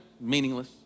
meaningless